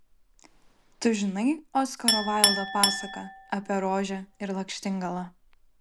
tu žinai oskaro vaildo pasaką apie rožę ir lakštingalą